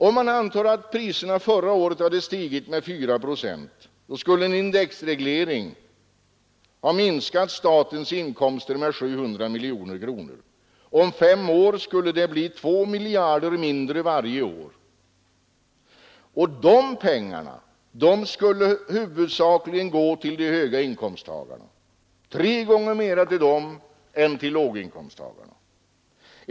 Om man antar att priserna förra året hade stigit med 4 procent, skulle en indexreglering ha minskat statens inkomster med 700 miljoner kronor. Om fem år skulle det bli 2 miljarder mindre varje år. Och de pengarna skulle huvudsakligen gå till de höga inkomsttagarna — tre gånger mer till dem än till låginkomsttagarna.